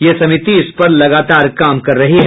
यह समिति इस पर लगातार काम कर रही है